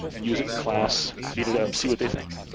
use it in class, beat it up, see what they think,